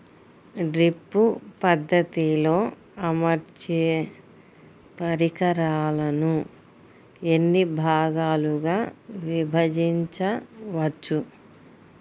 Drip పద్ధతిలో అమర్చే పరికరాలను ఎన్ని భాగాలుగా విభజించవచ్చు?